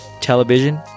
television